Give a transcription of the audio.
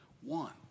One